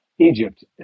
Egypt